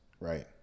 right